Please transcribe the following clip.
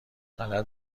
غلط